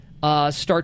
Start